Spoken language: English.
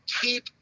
Keep